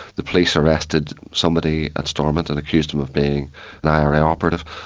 the police arrested somebody at stormont and accused them of being an ira operative,